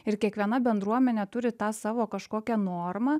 ir kiekviena bendruomenė turi tą savo kažkokią normą